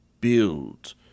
build